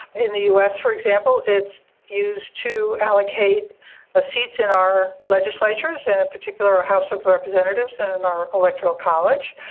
in the us for example it's used to allocate ah seats in our legislatures and in particular our house of representatives and in our electoral college.